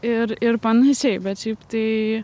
ir ir panašiai bet šiaip tai